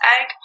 egg